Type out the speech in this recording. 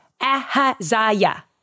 Ahaziah